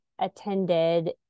attended